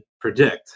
predict